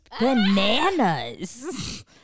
bananas